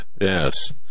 Yes